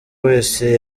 wese